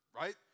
right